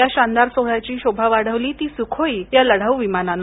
या शानदार सोहळ्याची शोभा वाढवली ती सुखोई या लढाऊ विमानाने